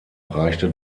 reichte